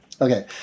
Okay